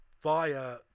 via